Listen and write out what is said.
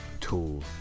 tool